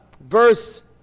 verse